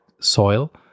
soil